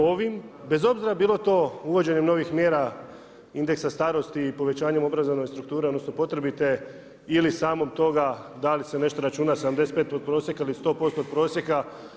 Ovim, bez obzira bilo to uvođenjem novih mjera, indeksa starosti i povećanje obrazovne strukture, odnosno, potrebite, ili samom toga, da li se nešto računa, 75 od prosjeka ili 100% od prosjeka.